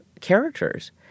characters